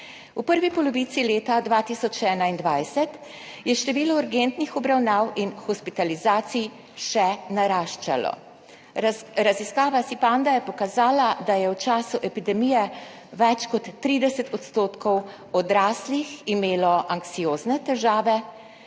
V prvi polovici leta 2021 je število urgentnih obravnav in hospitalizacij še naraščalo. Raziskava Sipanda je pokazala, da je v času epidemije več kot 30 % odraslih imelo anksiozne težave,